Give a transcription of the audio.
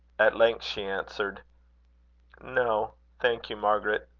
at length she answered no, thank you, margaret.